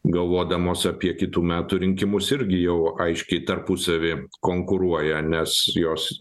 galvodamos apie kitų metų rinkimus irgi jau aiškiai tarpusavyje konkuruoja nes jos